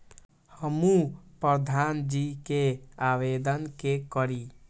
हमू प्रधान जी के आवेदन के करी?